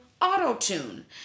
auto-tune